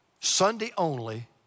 Sunday-only